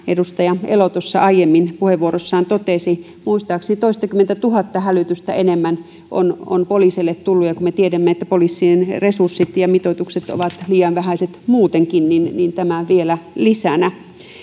edustaja elo tuossa aiemmin puheenvuorossaan totesi muistaakseni toistakymmentätuhatta hälytystä enemmän on on poliiseille tullut ja kun me tiedämme että poliisien resurssit ja mitoitukset ovat liian vähäiset muutenkin niin niin tämä vielä lisänä